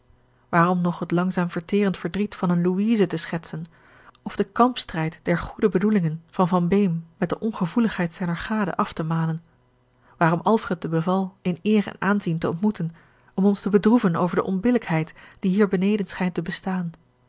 waarom nog het langzaam verterend verdriet van eene louise te schetsen of den kampstrijd der goede bedoelingen van van beem met de ongevoeligheid zijner gade af te malen waarom alfred de beval in eer en aanzien te ontmoeten om ons te bedroeven over de onbillijkheid die hier beneden schijnt te bestaan